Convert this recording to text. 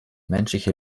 menschliche